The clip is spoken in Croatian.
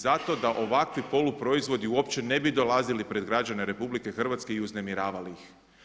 Zato da ovakvi poluproizvodi uopće ne bi dolazili pred građane RH i uznemiravali ih.